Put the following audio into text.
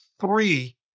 three